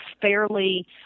fairly –